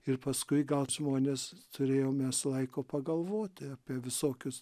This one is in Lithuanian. ir paskui gal žmonės turėjom mes laiko pagalvoti apie visokius